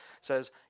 says